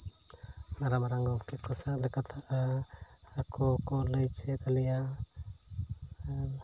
ᱢᱟᱨᱟᱝ ᱢᱟᱨᱟᱝ ᱜᱚᱢᱠᱮ ᱠᱚ ᱥᱟᱶ ᱞᱮ ᱠᱟᱛᱷᱟᱜᱼᱟ ᱟᱠᱚ ᱞᱟᱹᱭ ᱪᱮᱫ ᱟᱞᱮᱭᱟ ᱟᱨ